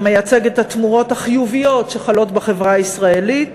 זה מייצג את התמורות החיוביות שחלות בחברה הישראלית.